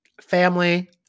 family